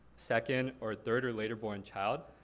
second, or third or later born child,